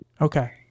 okay